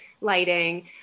lighting